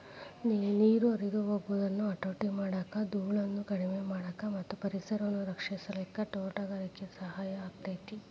ನೇರ ಹರದ ಹೊಗುದನ್ನ ಹತೋಟಿ ಮಾಡಾಕ, ದೂಳನ್ನ ಕಡಿಮಿ ಮಾಡಾಕ ಮತ್ತ ಪರಿಸರವನ್ನ ರಕ್ಷಿಸಲಿಕ್ಕೆ ತೋಟಗಾರಿಕೆ ಸಹಾಯ ಆಕ್ಕೆತಿ